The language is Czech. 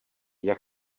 jak